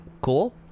cool